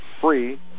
free